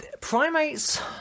Primates